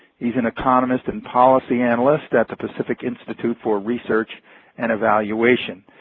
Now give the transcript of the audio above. he's an economist and policy analyst at the pacific institute for research and evaluation.